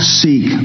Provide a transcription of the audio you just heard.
seek